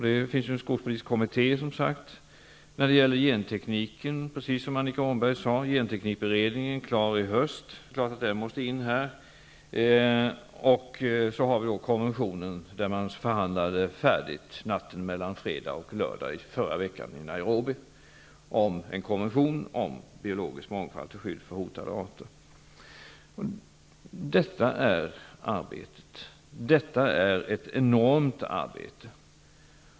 Det finns ju som sagt en skogspolitisk kommitté. Precis som Annika Åhnberg sade skall genteknikberedningen bli klar i höst. Det är klart att den beredningen måste tas med här. Natten mellan fredag och lördag i förra veckan förhandlades konventionen om biologisk mångfald till skydd för hotade arter färdigt i Nairobi. Det är här fråga om ett enormt arbete.